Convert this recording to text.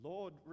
Lord